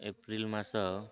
April ମାସ